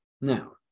Now